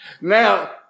Now